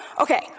Okay